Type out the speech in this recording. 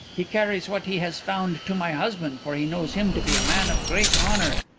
he carries what he has found to my husband for he knows him to be a man of great honour.